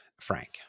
Frank